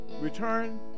return